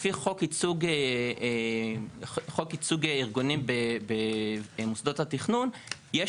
לפי חוק ייצוג ארגונים במוסדות התכנון יש